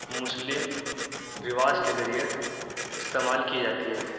مسلم رواج کے ذریعے استعمال کی جاتی ہے